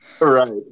Right